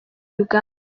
uganda